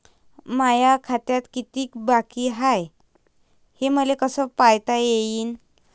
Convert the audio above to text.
माया खात्यात कितीक बाकी हाय, हे मले कस पायता येईन?